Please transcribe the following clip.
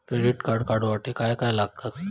Credit card काढूसाठी काय काय लागत?